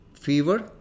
Fever